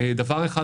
דבר אחד,